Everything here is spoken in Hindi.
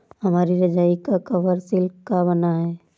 हमारी रजाई का कवर सिल्क का बना है